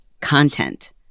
content